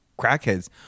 crackheads